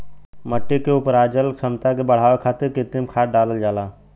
मट्टी के उपराजल क्षमता के बढ़ावे खातिर कृत्रिम खाद डालल जाला